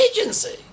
agency